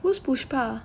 who's pushpa